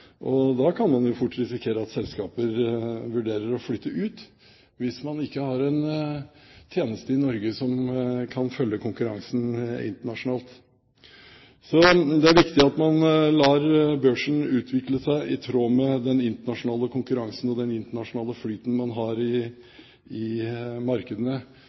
Man kan fort risikere at selskaper vurderer å flytte ut, hvis man ikke har en tjeneste i Norge som kan følge konkurransen internasjonalt. Så det er viktig at man lar børsen utvikle seg i tråd med den internasjonale konkurransen og den internasjonale flyten man har i markedene.